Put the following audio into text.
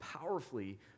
powerfully